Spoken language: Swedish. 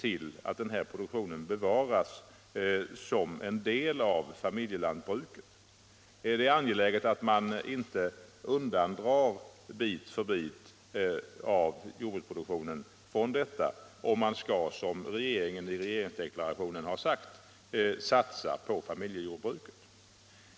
Om man, som det sägs i regeringsdeklarationen, skall satsa på familjejordbruket är det angeläget att se till att man bevarar denna produktion som en del av familjejordbruket och att man inte bit för bit ställer detta utanför.